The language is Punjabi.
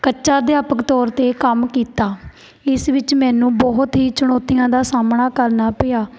ਕੱਚਾ ਅਧਿਆਪਕ ਤੌਰ 'ਤੇ ਕੰਮ ਕੀਤਾ ਇਸ ਵਿੱਚ ਮੈਨੂੰ ਬਹੁਤ ਹੀ ਚੁਣੌਤੀਆਂ ਦਾ ਸਾਹਮਣਾ ਕਰਨਾ ਪਿਆ